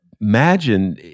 imagine